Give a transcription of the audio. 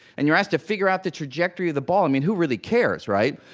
and you're asked to figure out the trajectory of the ball. i mean, who really cares, right?